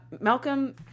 Malcolm